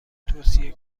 توصیه